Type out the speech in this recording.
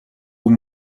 اون